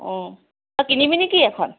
তই কিনিবি নে কি এখন